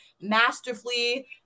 masterfully